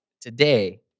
today